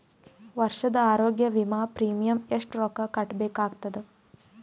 ವರ್ಷದ ಆರೋಗ್ಯ ವಿಮಾ ಪ್ರೀಮಿಯಂ ಎಷ್ಟ ರೊಕ್ಕ ಕಟ್ಟಬೇಕಾಗತದ?